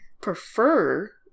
prefer